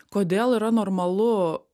kodėl yra normalu